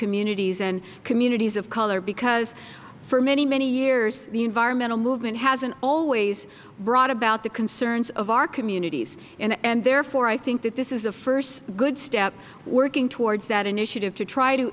communities and communities of colorbecause for many many years the environmental movement hasn't always brought about the concerns of our communities and therefore i think that this is a first good step working towards that initiative to